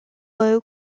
low